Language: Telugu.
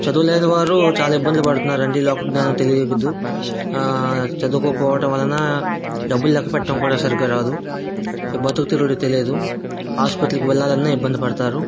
చదువులేని వారు చాలా ఇబ్బందులు పడుతున్నారు అండి లోకజ్ఞానం తెలియదు చదువుకోకపోవటం వలన డబ్బులు లెక్క పెట్టడం కూడా సరిగ్గా రాదు బతుకు తెరువులు తెలియదు ఆసుపత్రికి వెళ్ళాలి అన్నా ఇబ్బంది పడతారు